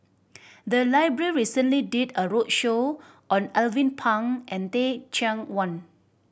the library recently did a roadshow on Alvin Pang and Teh Cheang Wan